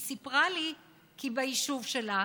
היא סיפרה לי כי ביישוב שלה